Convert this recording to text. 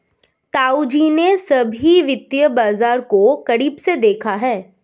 ताऊजी ने सभी वित्तीय बाजार को करीब से देखा है